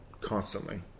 constantly